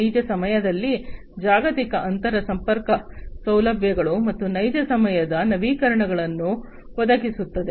ನೈಜ ಸಮಯದಲ್ಲಿ ಜಾಗತಿಕ ಅಂತರ ಸಂಪರ್ಕ ಸೌಲಭ್ಯಗಳು ಮತ್ತು ನೈಜ ಸಮಯದ ನವೀಕರಣಗಳನ್ನು ಒದಗಿಸುತ್ತದೆ